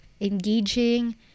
engaging